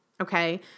okay